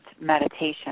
meditation